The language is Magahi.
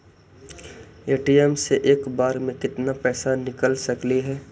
ए.टी.एम से एक बार मे केत्ना पैसा निकल सकली हे?